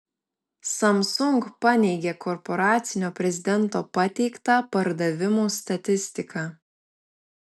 samsung paneigė korporacinio prezidento pateiktą pardavimų statistiką